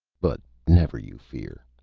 but never you fear,